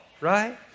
right